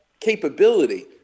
capability